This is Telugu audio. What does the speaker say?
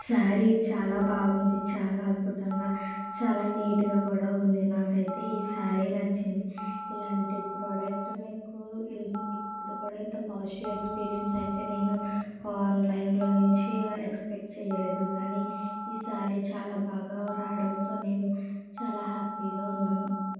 శారీ చాలా బాగుంది చాలా అద్భుతంగా చాలా నీట్ గా కూడా ఉంది నాకైతే ఈ శారీ నచ్చింది ఇలాంటి ప్రాడక్ట్ నీకు ఇప్పుడు కూడా ఇంత పాజిటివ్ ఎక్స్పీరియన్స్ అయితే నేను ఆన్లైన్ లో నుంచి ఎక్స్పెక్ట్ చేయలేదు కానీ ఈసారి చాలా బాగా రావడంతో నేను చాలా హ్యాపీ గా ఉన్నాను